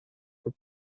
for